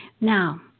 Now